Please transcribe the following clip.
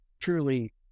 truly